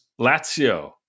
Lazio